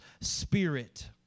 Spirit